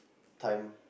time